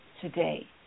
today